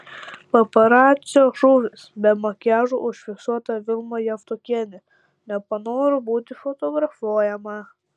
paparacio šūvis be makiažo užfiksuota vilma javtokienė nepanoro būti fotografuojama